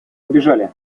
убежали